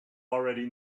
already